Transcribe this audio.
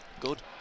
good